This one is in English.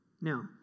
Now